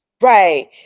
Right